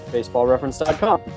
BaseballReference.com